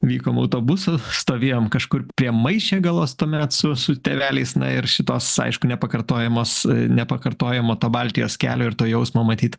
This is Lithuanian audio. vykom autobusu stovėjome kažkur prie maišiagalos tuomet su su tėveliais na ir šitos aišku nepakartojamas nepakartojamo to baltijos kelio ir to jausmo matyt